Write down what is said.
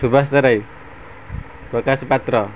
Subas Tarai Prakash Patra